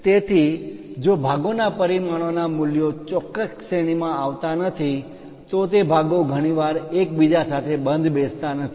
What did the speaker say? તેથી જો ભાગોના પરિમાણો ના મૂલ્યો ચોક્કસ શ્રેણીમાં આવતા નથી તો ભાગો ઘણીવાર એક સાથે બંધ બેસતા નથી